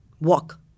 Walk